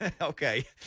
okay